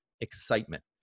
excitement